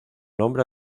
nombre